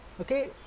Okay